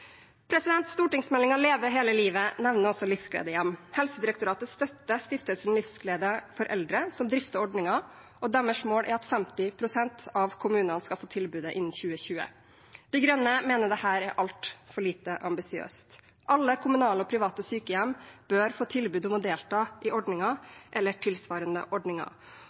Leve hele livet nevner også livsgledehjem. Helsedirektoratet støtter stiftelsen Livsglede for Eldre, som drifter ordningen, og deres mål er at 50 pst. av kommunene skal få tilbudet innen 2020. De Grønne mener dette er altfor lite ambisiøst. Alle kommunale og private sykehjem bør få tilbud om å delta i ordningen eller tilsvarende ordninger,